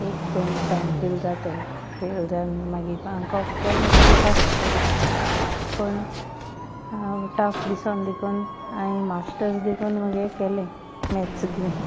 एक दोन time fail जाताय फेल जावन मागी आमको केल म्हण्टकीर पास जाताय पूण टफ दिसोन देखून हांये माश्टर्स देखून मुगे केलें मॅथ्स घेयन